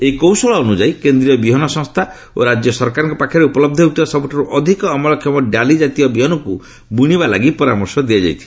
ଏହି କୌଶଳ ଅନୁଯାୟୀ କେନ୍ଦ୍ରୀୟ ବିହନ ସଂସ୍ଥା ଓ ରାଜ୍ୟ ସରକାରମାନଙ୍କ ପାଖରେ ଉପଲହ୍ଧ ହେଉଥିବା ସବୁଠାରୁ ଅଧିକ ଅମଳକ୍ଷମ ଡାଲି ଜାତୀୟ ବିହନକୁ ବୁଣିବା ଲାଗି ପରାମର୍ଶ ଦିଆଯାଇଛି